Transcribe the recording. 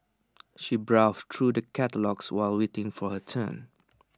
she browsed through the catalogues while waiting for her turn